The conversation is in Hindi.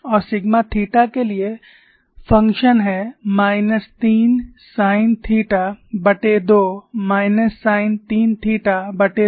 और सिग्मा थीटा के लिए फंक्शन है माइनस 3 साइन थीटा2 माइनस साइन 3 थीटा2 से